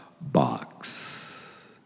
box